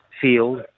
field